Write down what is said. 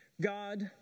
God